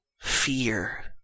fear